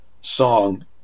song